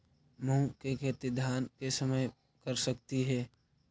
मुंग के खेती धान के समय कर सकती हे?